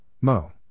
Mo